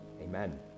amen